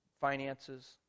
finances